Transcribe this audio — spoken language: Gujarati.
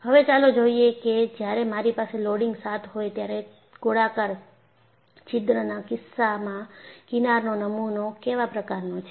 હવે ચાલો જોઈએ કે જ્યારે મારી પાસે લોડિંગ 7 હોય ત્યારે ગોળાકાર છિદ્રના કિસ્સામાં કિનારનો નમુના કેવા પ્રકારનો છે